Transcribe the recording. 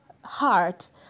heart